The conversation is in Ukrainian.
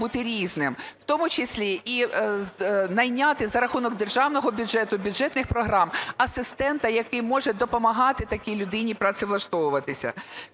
бути різним, в тому числі і найняти за рахунок державного бюджету, бюджетних програм асистента, який може допомагати такій людині працевлаштовуватися.